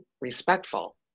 respectful